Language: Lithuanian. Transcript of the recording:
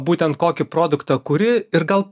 būtent kokį produktą kuri ir gal